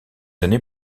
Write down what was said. années